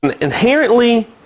inherently